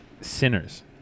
sinners